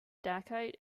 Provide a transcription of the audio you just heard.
dacite